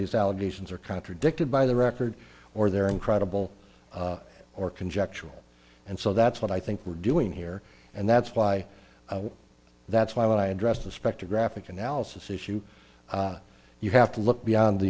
his allegations are contradicted by the record or they're incredible or conjectural and so that's what i think we're doing here and that's why that's why when i address the spectrographic analysis issue you have to look beyond the